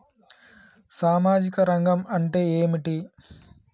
సామాజిక రంగం అంటే ఏమిటి?